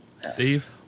Steve